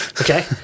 Okay